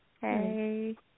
Hey